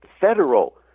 federal